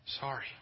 sorry